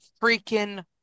freaking